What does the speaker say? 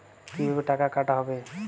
কিভাবে টাকা কাটা হবে?